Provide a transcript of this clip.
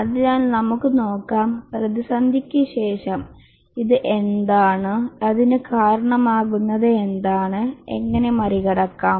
അതിനാൽ നമുക്ക് നോക്കാം പ്രതിസന്ധിക്ക് ശേഷം ഇത് എന്താണ് അതിന് കാരണമാകുന്നത് എന്താണ് എങ്ങനെ മറികടക്കാം